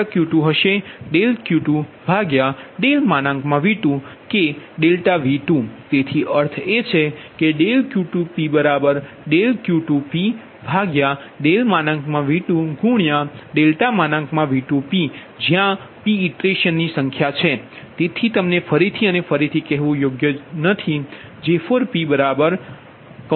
તેથી ∆Q2 હશે Q2V2 કે ∆V2તેથી અર્થએકે ∆Q2pQ2V2p∆V2p p ઇટરેશન સંખ્યા છે તેથી તમને ફરીથી અને ફરીથી કહેવું કોઈ જરૂરી ન હતું